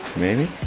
maybe.